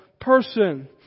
person